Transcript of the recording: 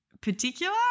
particular